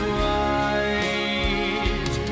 right